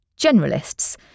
generalists